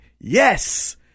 yes